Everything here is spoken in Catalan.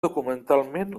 documentalment